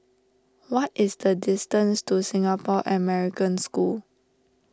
what is the distance to Singapore American School